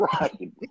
right